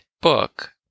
book